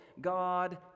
God